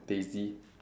Daisy